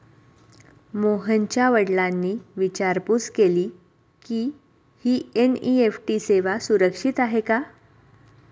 मोहनच्या वडिलांनी विचारपूस केली की, ही एन.ई.एफ.टी सेवा सुरक्षित आहे का?